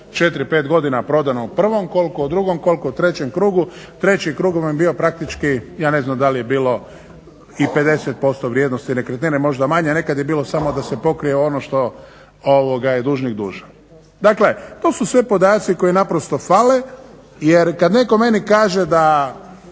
zadnjih 4-5 godina prodano u prvom, koliko u drugom, koliko u trećem krugu. Treći krug je bio praktički, ja ne znam da li je bilo i 50% vrijednosti nekretnine, možda manje. Nekad je bilo samo da se pokrije ono što je dužnik dužan. Dakle, to su sve podaci koji naprosto fale jer kad netko meni kaže da